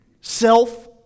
self